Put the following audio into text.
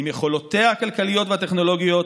עם יכולותיה הכלכליות והטכנולוגיות,